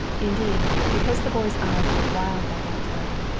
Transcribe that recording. indeed, because the boy's eyes were wild by that time,